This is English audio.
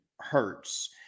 hurts